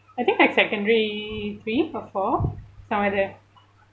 I think like secondary three or four somewhere there